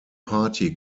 party